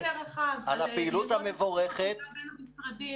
אלא על יותר רחב על השיתוף בין המשרדים,